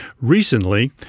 Recently